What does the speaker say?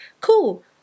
cool